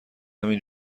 همین